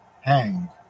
hang